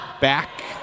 back